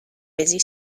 busy